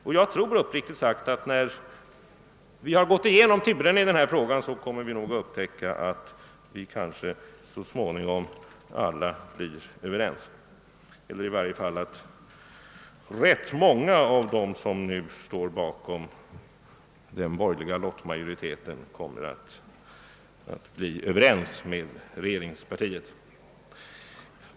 Och när vi har gått igenom alla turerna i denna fråga tror jag uppriktigt sagt att ganska många av dem som nu står bakom den borgerliga lottmajoriteten blir 'ense med regeringspartiet.